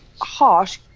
harsh